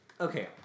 okay